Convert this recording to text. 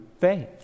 faith